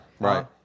Right